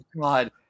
God